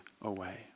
away